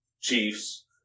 Chiefs